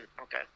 okay